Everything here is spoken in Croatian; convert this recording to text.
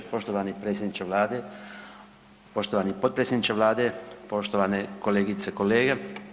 Poštovani predsjedniče Vlade, poštovani potpredsjedniče Vlade, poštovane kolegice i kolege.